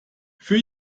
für